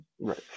Right